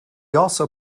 also